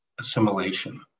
Assimilation